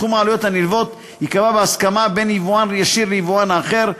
סכום העלויות הנלוות ייקבע בהסכמה בין היבואן הישיר ליבואן האחר,